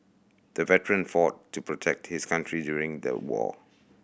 the veteran fought to protect his country during the war